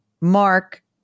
Mark